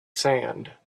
sand